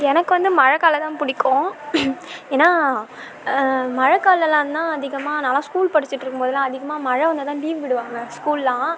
எனக்கு வந்து மழை காலம் தான் பிடிக்கும் ஏன்னா மழை காலம் எல்லாம் தான் அதிகமாக நான்லாம் ஸ்கூல் படிச்சிகிட்டு இருக்கும் போதெல்லாம் அதிகமாக மழை வந்தால் தான் லீவு விடுவாங்க ஸ்கூல் எல்லாம்